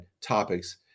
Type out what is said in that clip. topics